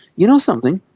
you know something,